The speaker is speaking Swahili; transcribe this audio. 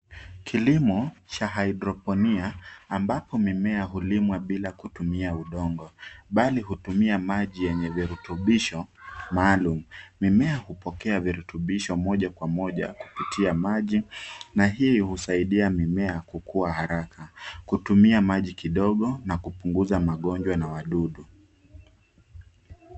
Kilimo cha haidroponia ambapo mimea hulimwa bila kutumia udongo bali hutumia maji yenye virutubisho maalum. Mimea hupokea virutubisho moja kwa moja kupitia maji na hii husaidia mimea kukua haraka kutumia maji kidogo na kupunguza magonjwa na wadudu.